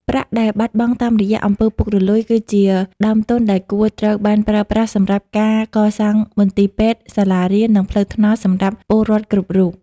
ប្រាក់ដែលបាត់បង់តាមរយៈ អំពើពុករលួយ គឺជាដើមទុនដែលគួរត្រូវបានប្រើប្រាស់សម្រាប់ការកសាងមន្ទីរពេទ្យ សាលារៀន និងផ្លូវថ្នល់សម្រាប់ពលរដ្ឋគ្រប់រូប។